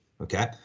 Okay